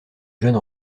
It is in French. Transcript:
jeune